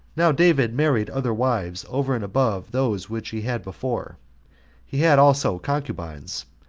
now david married other wives over and above those which he had before he had also concubines.